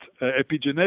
epigenetic